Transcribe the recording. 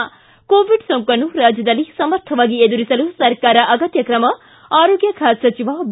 COVID ಸೋಂಕನ್ನು ರಾಜ್ಯದಲ್ಲಿ ಸಮರ್ಥವಾಗಿ ಎದುರಿಸಲು ಸರ್ಕಾರ ಅಗತ್ಯ ಕ್ರಮ ಆರೋಗ್ಯ ಖಾತೆ ಸಚಿವ ಬಿ